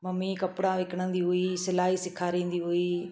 mummy कपिड़ा विकणंदी हुई सिलाई सेखरींदी हुई